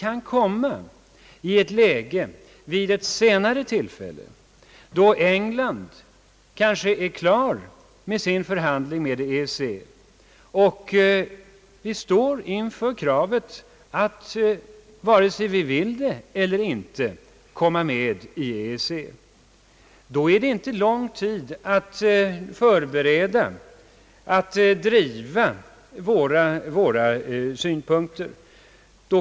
Kan vi inte vid ett senare tillfälle komma i ett läge, då England kanske klarat sin förhandling med EEC och vi står inför kravet att, vare sig vi vill det eller inte, komma med i EEC? Då är det inte lång tid att förbereda, att driva våra synpunkter.